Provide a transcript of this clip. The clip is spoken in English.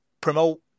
promote